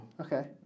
Okay